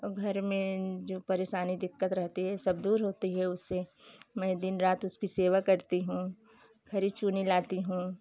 और घर में जो परेशानी दिक़्क़त रहती है सब दूर होती है उससे मैं दिन रात उसकी सेवा करती हूँ खरी चूनी लाती हूँ